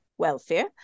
welfare